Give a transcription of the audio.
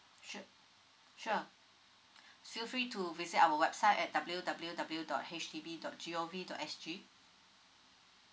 sure sure feel free to visit our website at W_W_W dot H D B dot G_O_V dot S_G